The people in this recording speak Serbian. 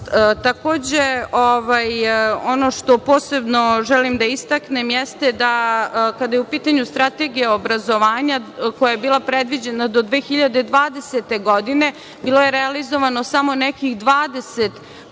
ono što posebno želim da istaknem jeste da, kada je u pitanju strategija obrazovanja, koja je bila predviđena do 2020. godine, bilo je realizovano samo nekih 20% od